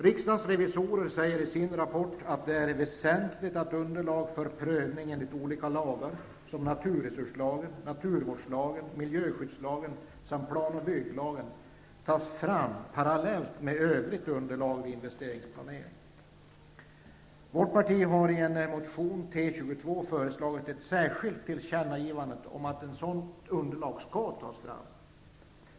Riksdagens revisorer säger i sin rapport att det är väsentligt att underlag för prövning enligt olika lagar som naturresurslagen, naturvårdslagen, miljöskyddslagen samt plan och bygglagen tas fram parallellt med övrigt underlag vid investeringsplanering. Vårt parti har i motion T22 föreslagit ett särskilt tillkännagivande om att sådant underlag skall tas fram.